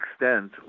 extent